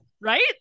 right